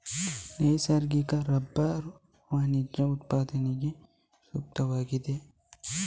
ನೈಸರ್ಗಿಕ ರಬ್ಬರು ವಾಣಿಜ್ಯ ಉತ್ಪಾದನೆಗೆ ಸೂಕ್ತವಾಗಿದೆ